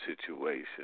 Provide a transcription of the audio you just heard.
situation